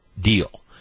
deal